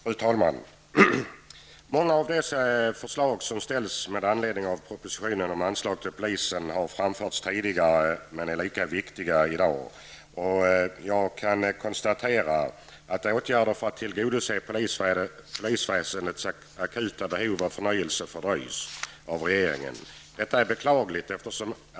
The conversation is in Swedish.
Fru talman! Många av de förslag som framställts med anledning av propositionen om anslag till polisen har framförts tidigare men är lika viktiga i dag. Jag kan konstatera att åtgärder för att tillgodose polisväsendets akuta behov av förnyelse fördröjs av regeringen. Det är beklagligt.